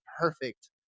Perfect